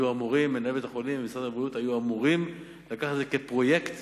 מנהל בית-החולים ומשרד הבריאות היו אמורים לקחת את זה כפרויקט